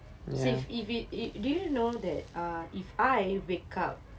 save if it it do you know that err if I wake up